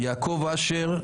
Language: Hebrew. יעקב אשר,